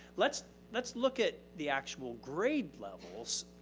let's let's look at the actual grade levels,